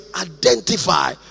identify